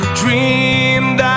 dreamed